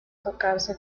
tocarse